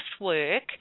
work